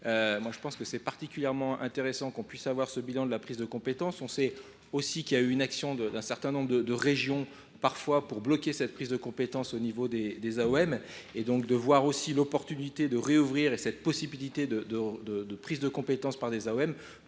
compétences. que c'est particulièrement intéressant qu'on puisse avoir ce bilan de la prise de compétences. On sait aussi qu'il y a eu une action d'un certain nombre de régions, parfois pour bloquer cette prise de compétences au niveau des Oem et donc de voir aussi l'opportunité de réouvrir et cette possibilité de prise de compétence par des m